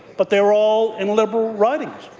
but they're all in liberal ridings.